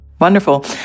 Wonderful